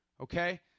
Okay